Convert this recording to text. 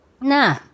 nah